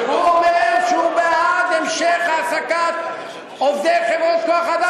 הוא אומר שהוא בעד המשך העסקת עובדי חברות כוח-אדם.